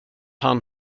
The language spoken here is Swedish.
han